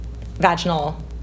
vaginal